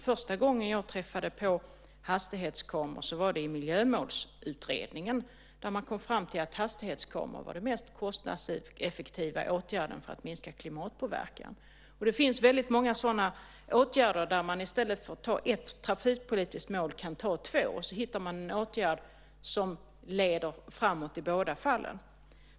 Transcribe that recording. Första gången jag träffade på hastighetskameror var i Miljömålsutredningen där man kom fram till att hastighetskameror var den mest kostnadseffektiva åtgärden för att minska klimatpåverkan. Det finns många åtgärder man kan vidta där man i stället för att ta ett trafikpolitiskt mål kan ta två, och sedan hittar man en lösning som leder framåt i båda fallen.